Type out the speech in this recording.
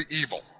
evil